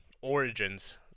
Origins